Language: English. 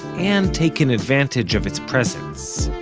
and taken advantage of its presence.